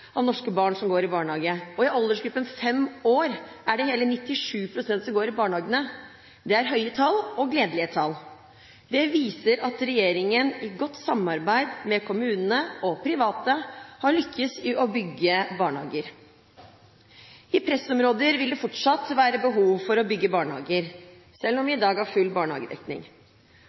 av norske barn som går i barnehage, og i aldersgruppen fem år er det hele 97 pst. som går i barnehage. Det er høye og gledelige tall. Det viser at regjeringen, i godt samarbeid med kommunene og private, har lyktes i å bygge barnehager. I pressområder vil det fortsatt være behov for å bygge barnehager, selv om vi i dag har full barnehagedekning.